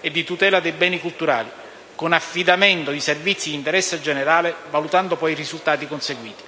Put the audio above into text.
e di tutela dei beni culturali, con affidamento di servizi di interesse generale, valutando poi i risultati conseguiti.